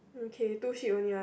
okay two sheep only ah